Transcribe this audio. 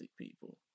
people